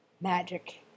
Magic